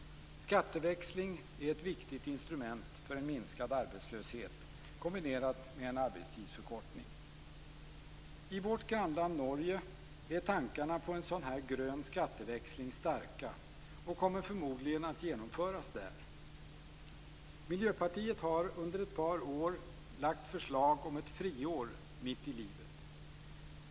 Skatteväxling är ett viktigt instrument för en minskad arbetslöshet, kombinerat med en arbetstidsförkortning. I vårt grannland Norge är tankarna på en sådan här grön skatteväxling starka och kommer förmodligen att genomföras där. Miljöpartiet har under ett par år lagt fram förslag om ett friår mitt i livet.